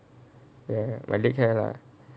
ya my leg hair lah